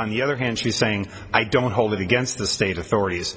on the other hand she's saying i don't hold it against the state authorities